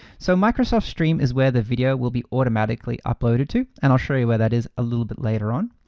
so microsoft stream is where the video will be automatically uploaded to. and i'll show you where that is a little bit later on.